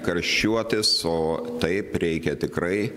karščiuotis o taip reikia tikrai